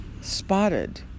spotted